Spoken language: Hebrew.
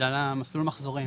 בגלל מסלול המחזורים.